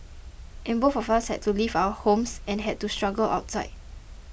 and both of us had to leave our homes and had to struggle outside